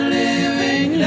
living